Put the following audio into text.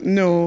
no